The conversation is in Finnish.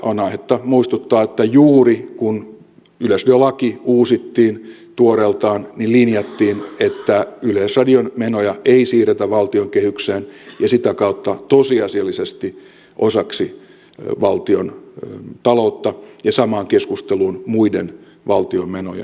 on aihetta muistuttaa että juuri kun yleisradiolaki uusittiin tuoreeltaan linjattiin että yleisradion menoja ei siirretä valtion kehykseen ja sitä kautta tosiasiallisesti osaksi valtiontaloutta ja samaan keskusteluun muiden valtion menojen kanssa